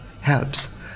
helps